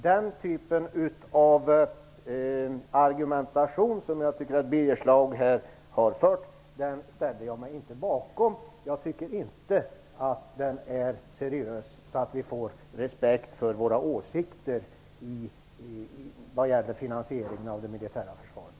Den typen av argumentation som jag tycker att Birger Schlaug här har fört ställer jag mig inte bakom. Jag tycker inte att den är seriös, så att vi får respekt för våra åsikter vad gäller finansiering av det militära försvaret.